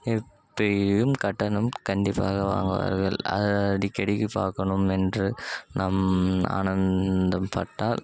எப்படியும் கட்டணம் கண்டிப்பாக வாங்குவார்கள் அதை அடிக்கடிக்கு பார்க்கணும் என்று நாம் ஆனந்தம் பட்டால்